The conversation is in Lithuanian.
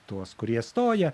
tuos kurie stoja